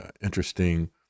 interesting